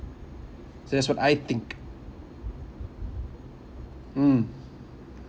so that's what I think mm